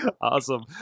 Awesome